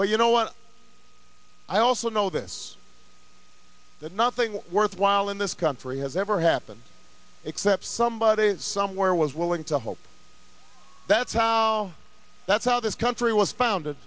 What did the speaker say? but you know what i also know this that nothing worthwhile in this country has ever happened except somebody somewhere was willing to help that's how that's how this country was